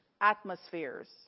atmospheres